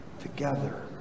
together